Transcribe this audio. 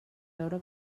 veure